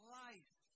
life